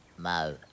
Mo